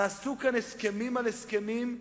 נעשו כאן הסכמים על הסכמים,